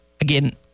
Again